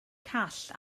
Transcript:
call